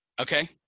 okay